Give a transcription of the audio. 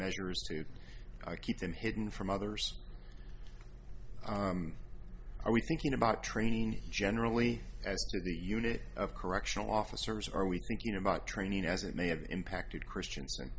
measures to keep them hidden from others are we thinking about training generally as the unit of correctional officers are we thinking about training as it may have impacted christians